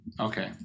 Okay